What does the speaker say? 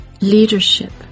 Leadership